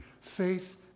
faith